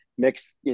mix